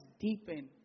deepen